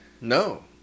no